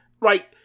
right